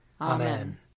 Amen